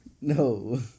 No